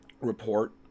report